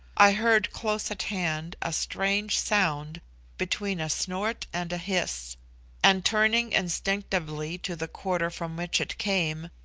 i heard close at hand a strange sound between a snort and a hiss and turning instinctively to the quarter from which it came,